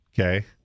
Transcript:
okay